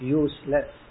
useless